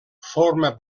forma